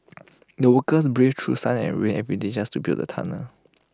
the workers braved through sun and rain every day just to build the tunnel